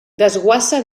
desguassa